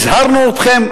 הזהרנו אתכם,